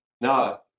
No